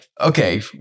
okay